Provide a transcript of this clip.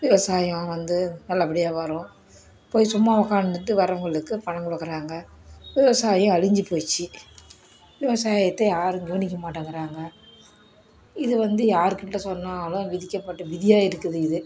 விவசாயம் வந்து நல்லபடியாக வரும் போய் சும்மா உட்காந்துட்டு வர்றவங்களுக்கு பணம் கொடுக்குறாங்க விவசாயம் அழிஞ்சு போச்சு விவசாயத்தை யாரும் கவனிக்க மாட்டேங்குறாங்க இது வந்து யாருகிட்ட சொன்னாலும் விதிக்கப்பட்ட விதியாக இருக்குது இது